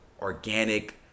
organic